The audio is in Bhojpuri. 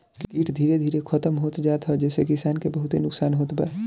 कीट धीरे धीरे खतम होत जात ह जेसे किसान के बहुते नुकसान होत बा